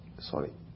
sorry